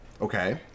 Okay